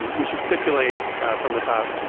we should stipulate from the top,